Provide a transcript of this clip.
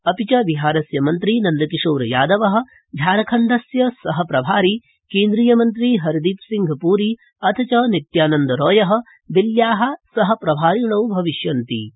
अपि च बिहारस्य मन्त्री नन्दकिशोरयादव झारखण्डस्य सह प्रभारी केन्द्रीयमन्त्री हरदीपसिंहप्री अथ च नित्यानन्दरॉय दिल्ल्या सह प्रभारिणौ भविष्यन्ति